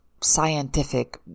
scientific